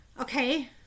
Okay